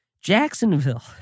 Jacksonville